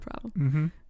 problem